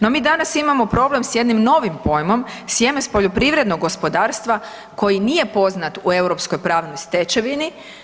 No mi danas imamo problem s jednim novim pojmom „sjeme s poljoprivrednog gospodarstva“ koji nije poznat u Europskoj pravnoj stečevini.